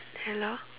hello